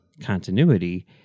continuity